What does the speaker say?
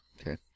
Okay